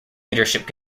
leadership